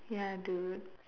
ya dude